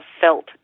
felt